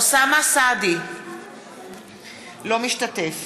אינו משתתף